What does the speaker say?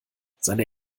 seine